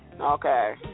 Okay